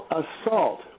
assault